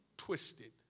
twisted